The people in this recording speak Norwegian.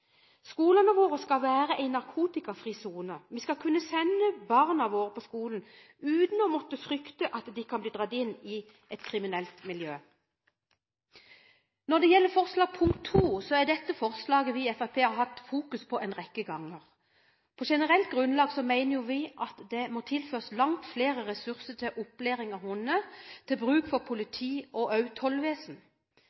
Skolene våre skal være en narkotikafri sone. Vi skal kunne sende barna våre på skolen, uten å måtte frykte at de kan bli dratt inn i et kriminelt miljø. Når det gjelder punkt II i komiteens forslag til vedtak, er dette forslaget noe vi i Fremskrittspartiet har hatt fokus på en rekke ganger. På generelt grunnlag mener vi at det må tilføres langt flere ressurser til opplæring av hunder til bruk for